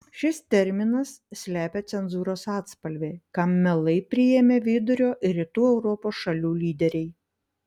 šis terminas slepia cenzūros atspalvį kam mielai priėmė vidurio ir rytų europos šalių lyderiai